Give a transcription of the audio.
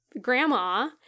grandma